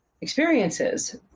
experiences